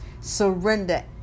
surrender